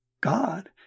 God